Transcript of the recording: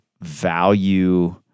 value